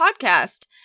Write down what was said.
podcast